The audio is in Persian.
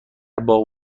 باغ